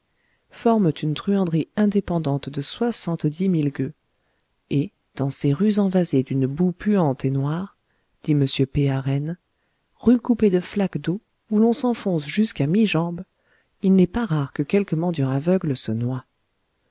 forment une truanderie indépendante de soixante-dix mille gueux et dans ces rues envasées d'une boue puante et noire dit m p arène rues coupées de flaques d'eau où l'on s'enfonce jusqu'à mi-jambe il n'est pas rare que quelque mendiant aveugle se noie